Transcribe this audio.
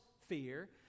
fear